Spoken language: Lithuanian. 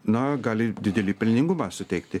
na gali didelį pelningumą suteikti